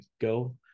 Go